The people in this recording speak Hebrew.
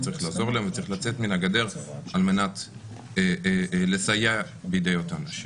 וצריך לעזור להן וצריך לצאת מן הגדר על מנת לסייע בידי אותן נשים.